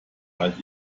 halt